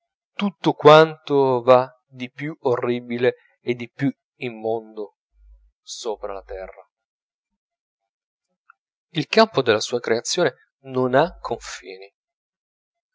tutto quanto v'ha di più orribile e di più immondo sopra la terra il campo della sua creazione non ha confini